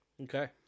Okay